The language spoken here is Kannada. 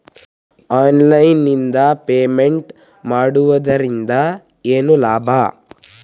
ಆನ್ಲೈನ್ ನಿಂದ ಪೇಮೆಂಟ್ ಮಾಡುವುದರಿಂದ ಏನು ಲಾಭ?